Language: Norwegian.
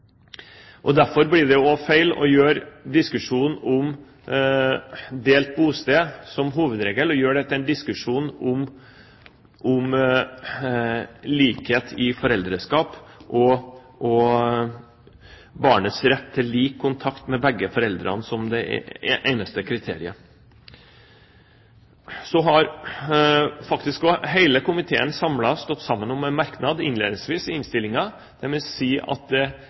trenger. Derfor blir det også feil å gjøre diskusjonen om delt bosted som hovedregel til en diskusjon om likhet i foreldreskap og barnets rett til lik kontakt med begge foreldrene – som det eneste kriteriet. Hele komiteen har stått samlet om en merknad innledningsvis i innstillingen der man sier at det